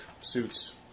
suits